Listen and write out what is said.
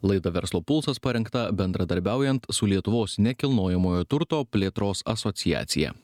laida verslo pulsas parengta bendradarbiaujant su lietuvos nekilnojamojo turto plėtros asociacija